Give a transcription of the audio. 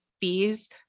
fees